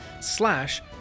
slash